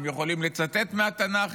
הם יכולים לצטט מהתנ"ך,